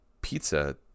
pizza